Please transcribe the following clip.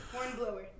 Hornblower